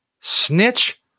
Snitch